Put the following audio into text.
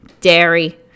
Dairy